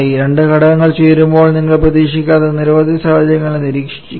രണ്ട് ഘടകങ്ങൾ ചേർക്കുമ്പോൾ നിങ്ങൾ പ്രതീക്ഷിക്കാത്ത നിരവധി സാഹചര്യങ്ങൾ നിരീക്ഷിച്ചിരിക്കാം